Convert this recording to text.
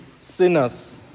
sinners